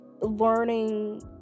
learning